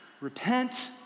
repent